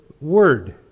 word